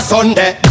Sunday